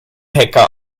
hacker